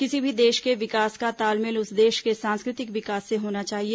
किसी भी देश के विकास का तालमेल उस देश के सांस्कृतिक विकास से होना चाहिए